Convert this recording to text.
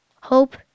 Hope